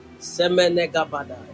Semenegabada